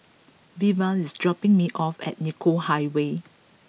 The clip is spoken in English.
Veva is dropping me off at Nicoll Highway